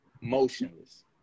motionless